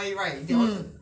mm